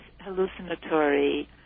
hallucinatory